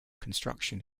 construction